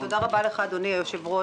תודה רבה לך, אדוני היושב-ראש.